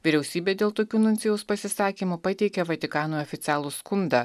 vyriausybė dėl tokių nuncijaus pasisakymų pateikė vatikanui oficialų skundą